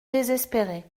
désespérée